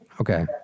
Okay